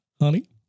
Honey